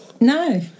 No